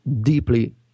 deeply